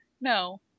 No